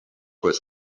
was